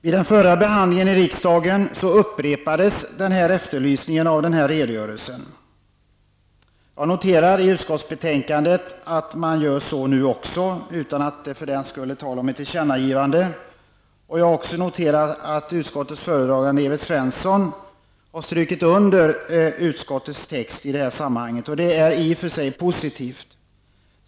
Vid den förra behandlingen i riksdagen upprepades efterlysningen av redogörelsen. Av utskottsbetänkandet framgår att man gör så även nu, utan att för den skull det är tal om ett tillkännagivande. Jag har också noterat att utskottets föredragande Evert Svensson har strukit under utskottets text i det här sammanhanget. Det är i och för sig positivt.